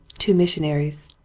two mis sionaries,